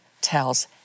tells